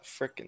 freaking